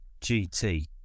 GT